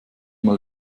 mal